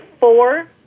four